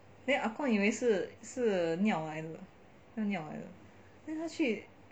then 阿公以为是是尿来的是尿来的 then 他去